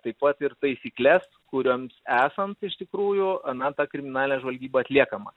taip pat ir taisykles kurioms esant iš tikrųjų na ta kriminalinė žvalgyba atliekama